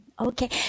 Okay